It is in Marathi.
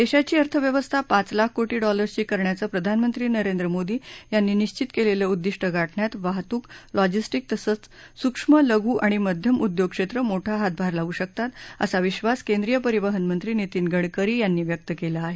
देशाची अर्थव्यवस्था पाच लाख कोशी डॉलर्सची करण्याचं प्रधानमंत्री नरेंद्र मोदी यांनी निश्चित केलेलं उद्दिष्ट गाठण्यात वाहतूक लॉजिसिक्स् तसंच सूक्ष्म लघु आणि मध्यम उद्योगक्षेत्र मोठा हातभार लावू शकतात असा विधास केंद्रीय परिवहन मंत्री नितीन गडकरी यांनी व्यक्त केला आहे